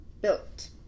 built